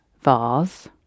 vase